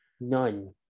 None